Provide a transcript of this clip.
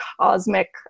cosmic